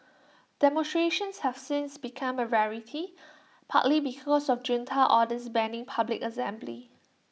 demonstrations have since become A rarity partly because of junta orders banning public assembly